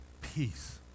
peace